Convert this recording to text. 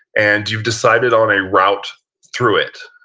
and you've decided on a route through it,